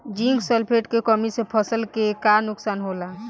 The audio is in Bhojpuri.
जिंक सल्फेट के कमी से फसल के का नुकसान होला?